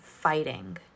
fighting